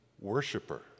worshiper